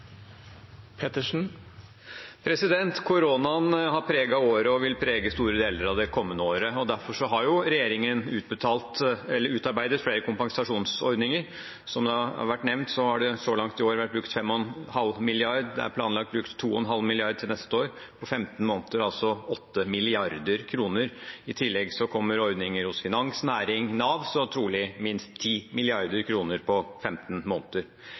vil prege store deler av det kommende året. Derfor har regjeringen utarbeidet flere kompensasjonsordninger. Som det har vært nevnt, har det så langt i år vært brukt 5,5 mrd. kr, og det er planlagt brukt 2,5 mrd. kr til neste år – på 15 måneder altså 8 mrd. kr. I tillegg kommer ordninger hos finans, næring og Nav – så trolig minst 10 mrd. kr på 15 måneder.